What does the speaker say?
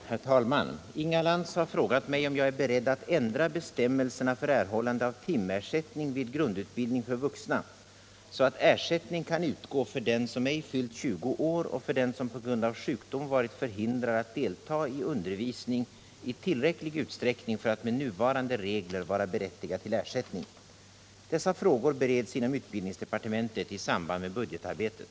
Herr talman! Inga Lantz har frågat mig om jag är beredd att ändra bestämmelserna för erhållande av timersättning vid grundutbildning för vuxna, så att ersättning kan utgå för den som ej fyllt 20 år och för den som på grund av sjukdom varit förhindrad att delta i undervisning i tillräcklig utsträckning för att med nuvarande regler vara berättigad till ersättning. Dessa frågor bereds inom utbildningsdepartementet i samband med budgetarbetet.